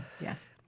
yes